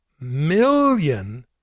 million